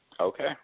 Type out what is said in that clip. Okay